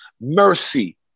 mercy